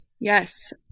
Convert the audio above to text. Yes